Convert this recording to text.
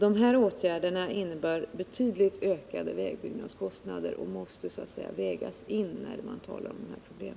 Dessa åtgärder innebär betydligt ökade vägbyggnadskostnader vilket måste vägas in när man talar om dessa problem.